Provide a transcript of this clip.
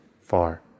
far